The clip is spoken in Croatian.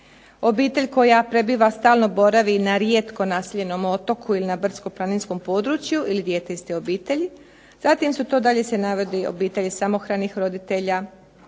obitelj koja prebiva i stalno boravi na rijetko naseljenom otoku ili na brdsko-planinskom području ili dijete iz te obitelji. Zatim se dalje navodi obitelji samohranih roditelja,